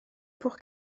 pour